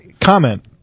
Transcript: Comment